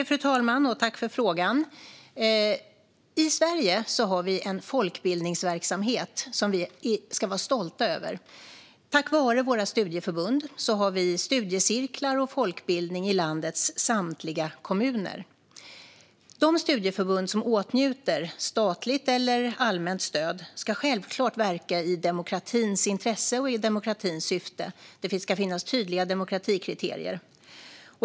Fru talman! Tack för frågan! I Sverige har vi en folkbildningsverksamhet som vi ska vara stolta över. Tack vare våra studieförbund har vi studiecirklar och folkbildning i landets samtliga kommuner. De studieförbund som åtnjuter statligt eller allmänt stöd ska självklart verka i demokratins intresse och demokratins syfte. Det ska finnas tydliga demokratikriterier.